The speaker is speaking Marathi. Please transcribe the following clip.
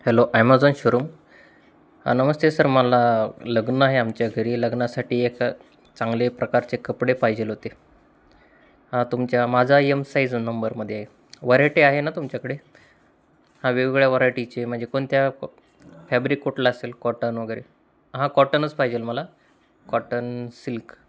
हॅलो ॲमेझॉन शोरूम हा नमस्ते सर मला लग्न आहे आमच्या घरी लग्नासाठी एक चांगले प्रकारचे कपडे पाहिजे होते हा तुमच्या माझा यम साईज नंबरमध्ये आहे व्हरायटी आहे ना तुमच्याकडे हा वेगवेगळ्या वरायटीचे म्हणजे कोणत्या फॅब्रिक कुठलं असेल कॉटन वगैरे हां कॉटनच पाहिजे मला कॉटन सिल्क